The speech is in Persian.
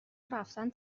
ورفتن